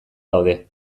daude